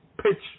pitch